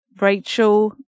Rachel